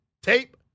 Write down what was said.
Tape